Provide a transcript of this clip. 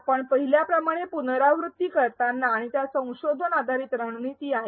आपण पाहिल्याप्रमाणे पुनरावृत्ती करणारा आणि त्यात संशोधन आधारित रणनीती आहे